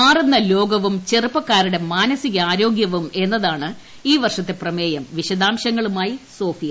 മാറുന്ന ലോകവും ചെറുപ്പക്കാരുടെ മാനസികാരോഗ്യവും എന്നതാണ് ഈ വർഷത്തെ പ്രമേയം വിശദാംശങ്ങളുമായി സോഫിയ